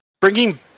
bringing